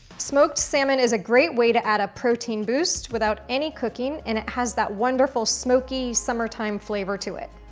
smoked salmon is a great way to add a protein boost without any cooking and it has that wonderful smokey summertime flavor to it.